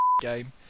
game